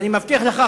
ואני מבטיח לך,